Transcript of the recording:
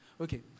Okay